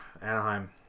Anaheim